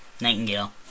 Nightingale